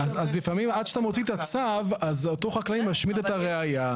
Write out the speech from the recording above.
אז לפעמים עד שאתה מוציא את הצו אז אותו חקלאי משמיד את הראיה.